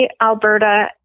Alberta